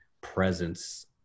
presence